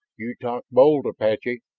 you talk bold, apache.